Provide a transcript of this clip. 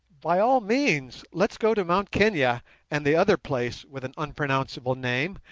by all means let's go to mt kenia and the other place with an unpronounceable name,